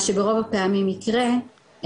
מה שברוב הפעמים יקרה,